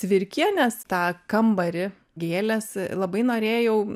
cvirkienės tą kambarį gėlės labai norėjau